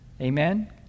Amen